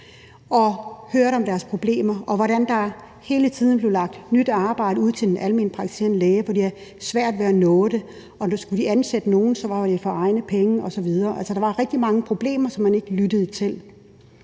Vi hørte om deres problemer, og hvordan der hele tiden blev lagt nyt arbejde ud til de almenpraktiserende læger, som de havde svært ved at nå, og når de skulle ansætte nogen, var det for egne penge osv. Altså, der var rigtig mange problemer, som man ikke lyttede til.